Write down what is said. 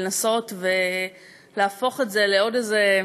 לנסות ולהפוך את זה לעוד מכשול בדרך,